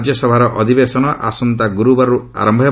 ରାଜ୍ୟସଭାର ଅଧିବେଶନ ଗୁରୁବାରରୁ ଆରମ୍ଭ ହେବ